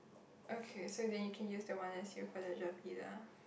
okay so then you can use the one S_U for the Gerpe lah